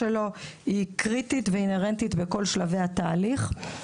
היא קריטית ואינהרנטית בכל שלבי התהליך.